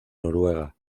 noruega